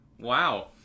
Wow